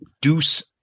deuce